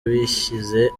bishyize